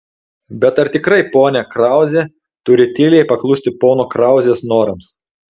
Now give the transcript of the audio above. bet ar tikrai ponia krauzė turi tyliai paklusti pono krauzės norams